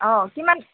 অঁ কিমান